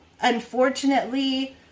unfortunately